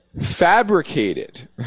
fabricated